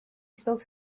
spoke